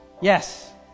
Yes